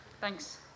Thanks